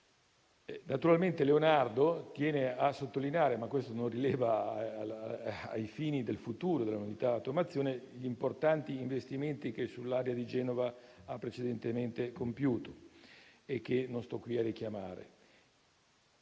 Naturalmente Leonardo S.p.A. tiene a sottolineare, anche se questo non rileva ai fini del futuro dell'unità automazione, gli importanti investimenti che sull'area di Genova ha precedentemente compiuto e che non sto qui a richiamare.